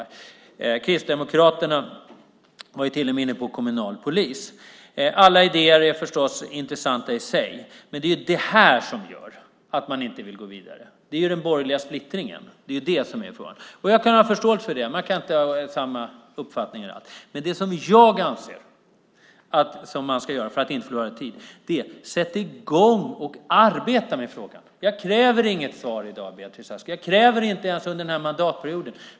Kristdemokraterna var ju till och med inne på kommunal polis. Alla idéer är förstås intressanta i sig. Det är det här - den borgerliga splittringen - som gör att man inte vill gå vidare. Jag kan ha förståelse för det. Man kan inte ha samma uppfattning i allt. Det som jag anser att man ska göra för att inte förlora tid är att sätta i gång och arbeta med frågan. Jag kräver inget svar i dag, Beatrice Ask. Jag kräver det inte ens under den här mandatperioden.